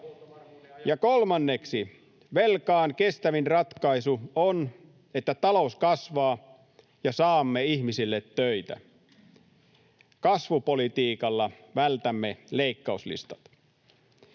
Ja kolmanneksi: Velkaan kestävin ratkaisu on, että talous kasvaa ja saamme ihmisille töitä. Kasvupolitiikalla vältämme leikkauslistat.